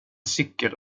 cykel